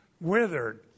withered